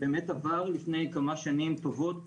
באמת לפני כמה שנים טובות,